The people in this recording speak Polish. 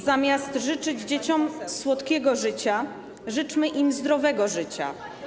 Zamiast życzyć dzieciom słodkiego życia, życzmy im zdrowego życia.